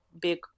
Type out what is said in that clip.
big